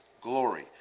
glory